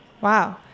Wow